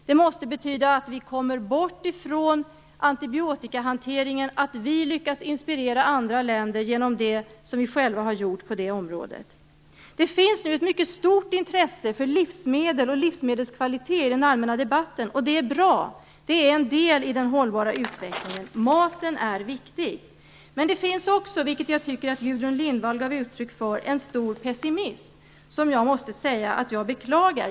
Det måste betyda att vi kommer bort ifrån antibiotikahanteringen och att vi lyckas inspirera andra länder genom det vi själva har gjort på det området. Det finns nu ett mycket stort intresse för livsmedel och livsmedelskvalitet i den allmänna debatten, och det är bra. Det är en del i den hållbara utvecklingen. Maten är viktig. Men det finns också - och det tycker jag Gudrun Lindvall gav uttryck för - en stor pessimism som jag beklagar.